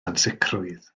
ansicrwydd